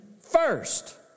first